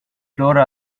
flour